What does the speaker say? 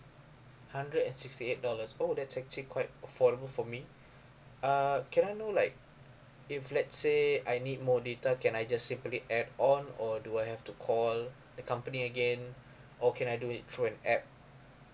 hundred and sixty eight dollars oh that's actually quite affordable for me uh can I know like if let's say I need more data can I just simply add on or do I have to call the company again or can I do it through an app